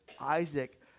Isaac